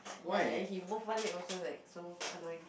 ya he move one leg also like so annoying